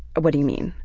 what do you mean?